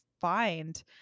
find